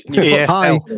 hi